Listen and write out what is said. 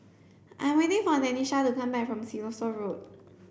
I 'm waiting for Denisha to come back from Siloso Road